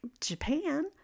Japan